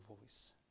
voice